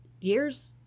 years